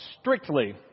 strictly